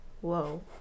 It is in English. Whoa